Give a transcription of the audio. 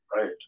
Right